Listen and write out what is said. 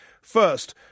First